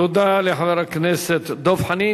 תודה לחבר הכנסת דב חנין.